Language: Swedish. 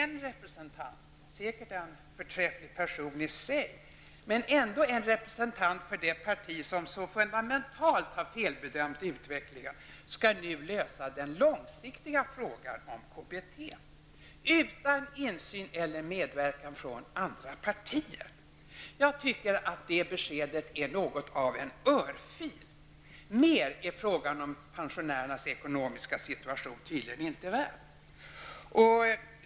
En representant, säkerligen en förträfflig person i sig, men ändå en representant för det parti som så fundamentalt felbedömt utvecklingen skall nu lösa den långsiktiga frågan om KBT, utan insyn eller medverkan från andra partier. Jag tycker att det beskedet är något av en örfil. Mer är frågan om pensionärernas ekonomiska situation tydligen inte värd.